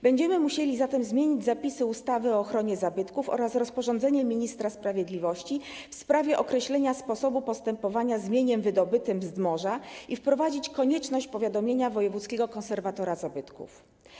Będziemy musieli zatem zmienić przepisy ustawy o ochronie zabytków oraz rozporządzenie ministra sprawiedliwości w sprawie określenia sposobu postępowania z mieniem wydobytym z morza i wprowadzić konieczność powiadomienia wojewódzkiego konserwatora zabytków.